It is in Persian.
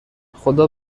خدا